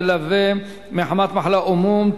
מלווה מחמת מחלה או מום),